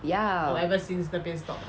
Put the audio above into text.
ya